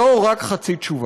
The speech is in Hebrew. זו רק חצי תשובה,